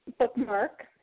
bookmark